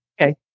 Okay